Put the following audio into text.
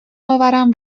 آورم